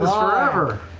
forever!